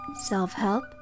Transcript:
self-help